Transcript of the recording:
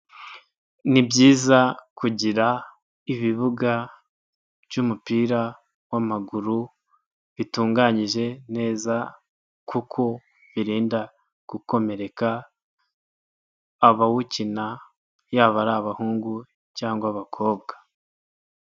Ni byiza kugira ibibuga by'umupira w'amaguru bitunganyije neza kuko birinda gukomereka abawukina yaba ari abahungu cyangwa abakobwa.